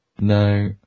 No